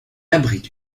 abrite